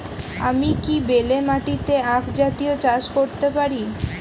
আমি কি বেলে মাটিতে আক জাতীয় চাষ করতে পারি?